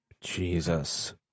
Jesus